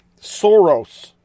Soros